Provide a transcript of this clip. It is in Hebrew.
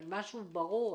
משהו ברור.